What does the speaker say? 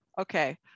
okay